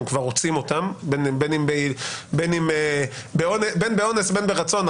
כבר רוצים אותם בין באונס בין ברצון,.